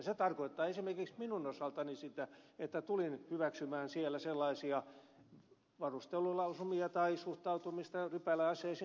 se tarkoittaa esimerkiksi minun osaltani sitä että tulin hyväksymään siellä sellaisia varustelulausumia tai suhtautumista rypäleaseisiin